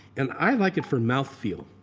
and i like it for mouth feel.